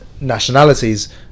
nationalities